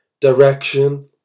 Direction